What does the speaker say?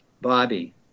Bobby